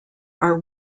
are